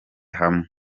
hamwe